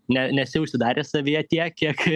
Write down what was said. ne nesi užsidaręs savyje tiek kiek